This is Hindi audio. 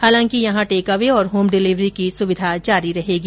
हालांकि यहां टेक अवे और होम डिलिवरी की सुविधा जारी रहेगी